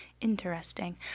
Interesting